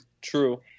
True